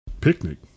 Picnic